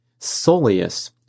Soleus